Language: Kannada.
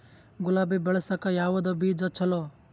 ಗುಲಾಬಿ ಬೆಳಸಕ್ಕ ಯಾವದ ಬೀಜಾ ಚಲೋ?